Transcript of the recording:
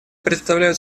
представляют